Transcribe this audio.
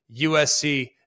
USC